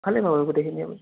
ভালেই পাব গোটেইখিনি আপুনি